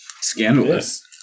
Scandalous